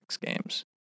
Games